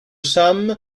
some